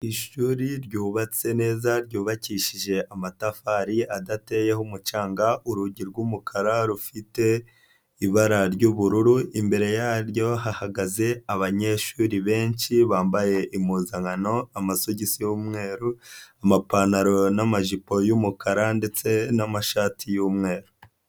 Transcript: Ishuri ryubatse neza ry'ubakishije amatafari adateyeho umucanga urugi rw'umukara rufite ibara ry'ubururu, imbere yaryo hahagaze abanyeshuri benshi bambaye impuzankano amasogisi y'umweru amapantaro n'amajipo y'umukara ndetse n'amashati y'umweru.